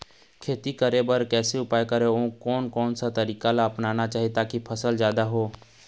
खेती करें बर कैसे उपाय करें अउ कोन कौन सा तरीका ला अपनाना चाही ताकि फसल जादा हो?